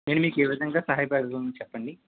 నేను మీకు ఏ విధంగా సహాయపడగలను చెప్పండి